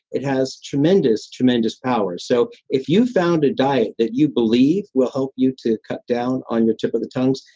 it has tremendous, tremendous powers. so if you found a diet that you believe will help you to cut down on your tip of the tongues,